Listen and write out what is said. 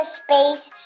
space